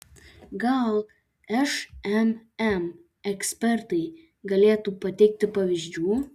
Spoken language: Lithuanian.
gal šmm ekspertai galėtų pateikti pavyzdžių